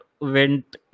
went